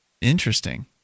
interesting